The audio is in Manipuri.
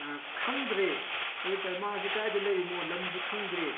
ꯈꯪꯗ꯭ꯔꯦ ꯑꯗꯨ ꯑꯣꯏꯇꯔꯗꯤ ꯃꯍꯥꯛꯁꯤ ꯀꯗꯥꯏꯗ ꯂꯩꯔꯤꯕꯅꯣ ꯂꯝꯁꯨ ꯈꯪꯗ꯭ꯔꯦ